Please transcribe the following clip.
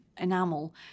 enamel